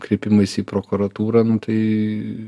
kreipimaisi į prokuratūrą nu tai